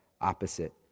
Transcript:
opposite